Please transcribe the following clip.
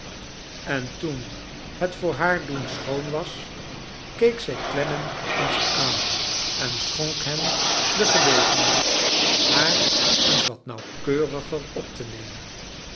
en toen het voor haar doen schoon was keek zij clennam eens aan en schonk hem de gelegenheid haar eens wat nauwkeuriger op te nemen